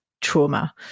trauma